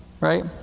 right